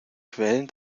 quellen